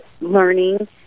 learning